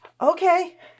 Okay